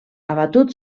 abatut